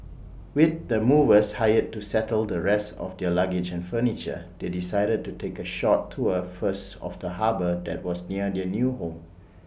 with the movers hired to settle the rest of their luggage and furniture they decided to take A short tour first of the harbour that was near their new home